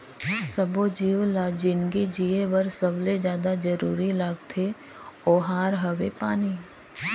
सब्बो जीव ल जिनगी जिए बर सबले जादा जरूरी लागथे ओहार हवे पानी